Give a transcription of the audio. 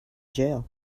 jail